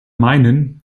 meinen